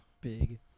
Big